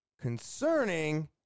concerning